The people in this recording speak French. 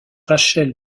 rachel